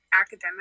academic